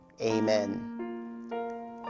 Amen